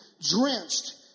drenched